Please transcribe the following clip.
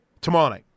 tomorrow